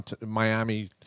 Miami